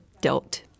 dealt